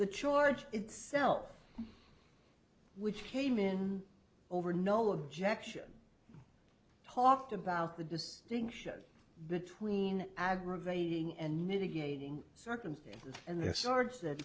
the charge itself which came in over no objection talked about the distinction between aggravating and mitigating circumstances and their swords that